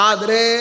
Adre